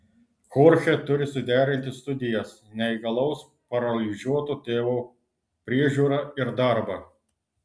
chorchė turi suderinti studijas neįgalaus paralyžiuoto tėvo priežiūrą ir darbą